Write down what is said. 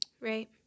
Right